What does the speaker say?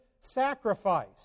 sacrifice